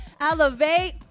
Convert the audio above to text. Elevate